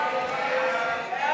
סעיפים 7 9, כהצעת